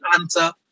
answer